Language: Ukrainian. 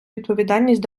відповідальність